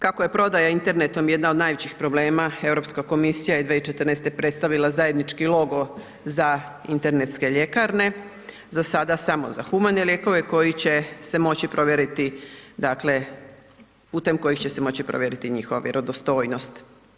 Kako je prodaja internetom jedna od najvećih problema, Europska komisija je 2014. predstavila zajednički logo za internetske ljekarne, za sada samo za humane lijekovi koji će se moći provjeriti, dakle, putem kojih će se moći provjeriti njihova vjerodostojnost.